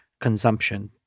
consumption